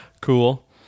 cool